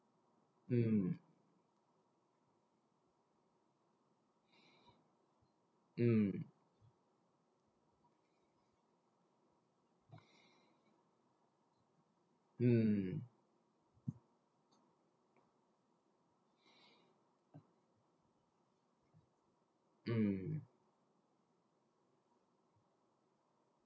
mm mm mm mm